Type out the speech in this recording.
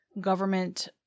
government